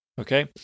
Okay